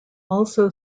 also